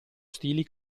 stili